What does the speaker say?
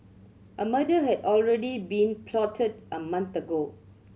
a murder had already been plotted a month ago